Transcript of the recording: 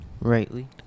rightly